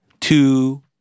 two